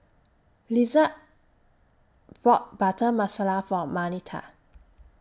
Lillard bought Butter Masala For Marnita